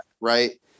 right